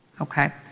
Okay